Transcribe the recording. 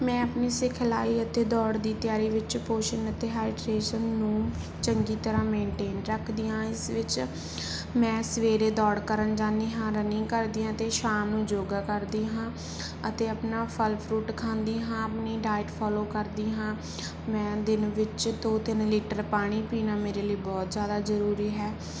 ਮੈਂ ਆਪਣੀ ਸਿਖਲਾਈ ਅਤੇ ਦੌੜ ਦੀ ਤਿਆਰੀ ਵਿੱਚ ਪੋਸ਼ਨ ਅਤੇ ਹਾਈਡਰੇਸ਼ਨ ਨੂੰ ਚੰਗੀ ਤਰ੍ਹਾਂ ਮੇਨਟੇਨ ਰੱਖਦੀ ਹਾਂ ਇਸ ਵਿੱਚ ਮੈਂ ਸਵੇਰੇ ਦੌੜ ਕਰਨ ਜਾਂਦੀ ਹਾਂ ਰਨਿੰਗ ਕਰਦੀ ਹਾਂ ਅਤੇ ਸ਼ਾਮ ਨੂੰ ਯੋਗਾ ਕਰਦੀ ਹਾਂ ਅਤੇ ਆਪਣਾ ਫਲ ਫਰੂਟ ਖਾਂਦੀ ਹਾਂ ਆਪਣੀ ਡਾਇਟ ਫੋਲੋ ਕਰਦੀ ਹਾਂ ਮੈਂ ਦਿਨ ਵਿੱਚ ਦੋ ਤਿੰਨ ਲੀਟਰ ਪਾਣੀ ਪੀਣਾ ਮੇਰੇ ਲਈ ਬਹੁਤ ਜ਼ਿਆਦਾ ਜ਼ਰੂਰੀ ਹੈ